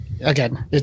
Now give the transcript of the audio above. again